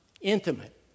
intimate